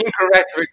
incorrect